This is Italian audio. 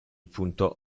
punto